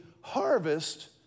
harvest